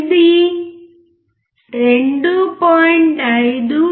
ఇది 2